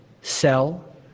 sell